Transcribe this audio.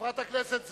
חברת הכנסת זוארץ,